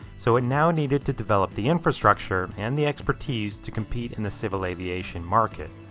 so it now needed to develop the infrastructure and the expertise to compete in the civil aviation market.